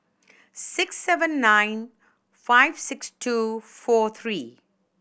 six seven nine five six two four three